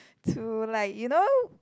to like you know